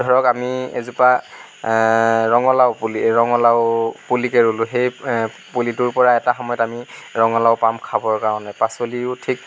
ধৰক আমি এজোপা ৰঙালাউ পুলি ৰঙালাউ পুলিকে ৰুলো সেই পুলিটোৰ পৰা এটা সময়ত আমি ৰঙালাউ পাম খাবৰ কাৰণে পাচলিও ঠিক